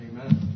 Amen